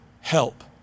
help